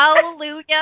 Hallelujah